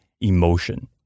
emotion